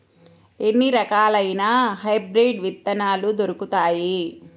ఎన్ని రకాలయిన హైబ్రిడ్ విత్తనాలు దొరుకుతాయి?